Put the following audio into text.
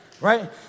right